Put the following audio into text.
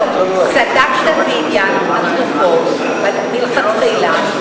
לא, צדקת בעניין התרופות מלכתחילה.